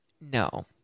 No